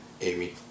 Amy